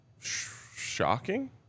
shocking